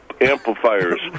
Amplifiers